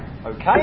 Okay